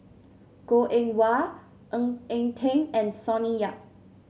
Goh Eng Wah Ng Eng Teng and Sonny Yap